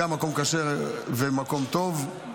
מקום כשר ומקום טוב.